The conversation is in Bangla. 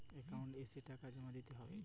একাউন্ট এসে টাকা জমা দিতে হবে?